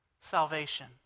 Salvation